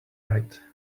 right